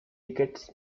tickets